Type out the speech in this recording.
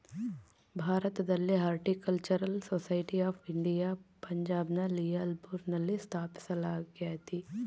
ಭಾರತದಲ್ಲಿ horticultural society of India ಪಂಜಾಬ್ನ ಲಿಯಾಲ್ಪುರ್ನಲ್ಲ ಸ್ಥಾಪಿಸಲಾಗ್ಯತೆ